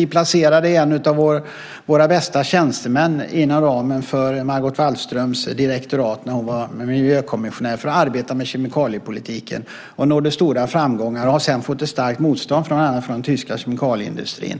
Vi placerade en av våra bästa tjänstemän inom ramen för Margot Wallströms direktorat när hon var miljökommissionär för att arbeta med kemikaliepolitiken. Man nådde stora framgångar och har sedan fått ett starkt motstånd från bland annat den tyska kemikalieindustrin.